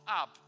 up